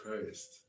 Christ